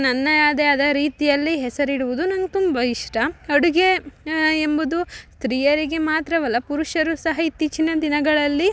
ನನ್ನ ಯಾದೆ ಅದ ರೀತಿಯಲ್ಲಿ ಹೆಸರಿಡುವುದು ನಂಗೆ ತುಂಬ ಇಷ್ಟ ಅಡುಗೆ ಎಂಬುದು ಸ್ತ್ರೀಯರಿಗೆ ಮಾತ್ರವಲ್ಲ ಪುರುಷರು ಸಹ ಇತ್ತೀಚಿನ ದಿನಗಳಲ್ಲಿ